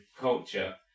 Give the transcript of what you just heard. culture